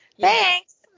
Thanks